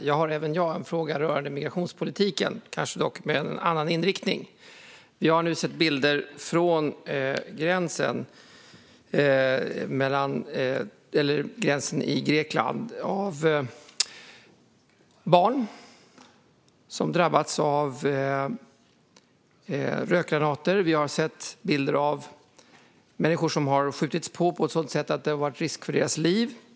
Fru talman! Även jag har en fråga rörande migrationspolitiken, dock kanske med en annan inriktning. Vi har sett bilder från gränsen i Grekland. Det är barn som drabbats av rökgranater. Vi har sett bilder av människor som man har skjutit på med risk för deras liv.